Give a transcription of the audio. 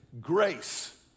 grace